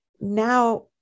now